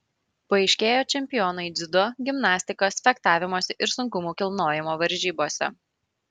paaiškėjo čempionai dziudo gimnastikos fechtavimosi ir sunkumų kilnojimo varžybose